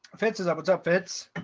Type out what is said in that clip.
fences up. what's up, fitz?